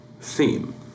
theme